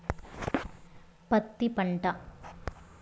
పత్తి పంట